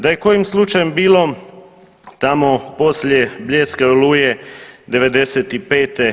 Da je kojim slučajem bilo tamo poslije Bljeska i Oluje '95.